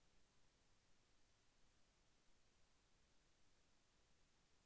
రబీలో సాగు చేసే ప్రధాన పంటలు ఏమిటి?